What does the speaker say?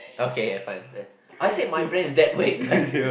okay fine then I said my brain's dead why you